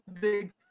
big